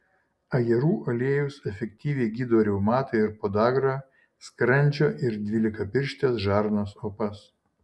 ajerų aliejus efektyviai gydo reumatą ir podagrą skrandžio ir dvylikapirštės žarnos opas